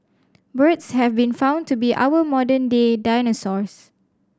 birds have been found to be our modern day dinosaurs